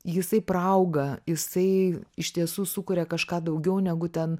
jisai praauga jisai iš tiesų sukuria kažką daugiau negu ten